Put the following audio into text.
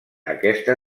aquesta